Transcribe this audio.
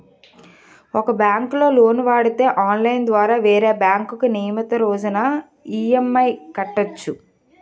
ఒక బ్యాంకులో లోను వాడితే ఆన్లైన్ ద్వారా వేరే బ్యాంకుకు నియమితు రోజున ఈ.ఎం.ఐ కట్టవచ్చు